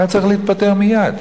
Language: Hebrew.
הוא היה צריך להתפטר מייד,